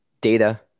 data